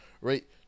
right